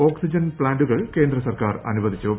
oxygen സിലിണ്ടറുകളും കേന്ദ്ര സർക്കാർ അനുവദിച്ചു